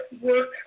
work